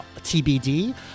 TBD